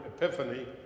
Epiphany